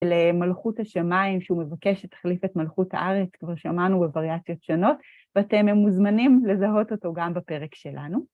למלכות השמיים, שהוא מבקש את תחליף מלכות הארץ, כבר שמענו בווריאציות שונות, ואתם מוזמנים לזהות אותו גם בפרק שלנו.